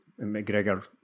McGregor